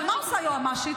אבל מה עושה היועמ"שית?